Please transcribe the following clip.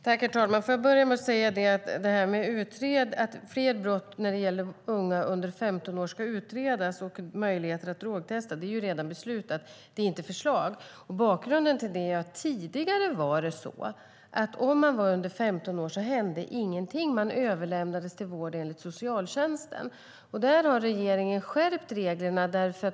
Herr talman! Får jag börja med att säga att detta med att fler brott ska utredas när det gäller unga under 15 år och möjligheter att drogtesta redan är beslutat - det är inte förslag. Bakgrunden till det är att det tidigare inte hände någonting om man var under 15 år och man överlämnades till vård enligt socialtjänsten. Där har regeringen skärpt reglerna.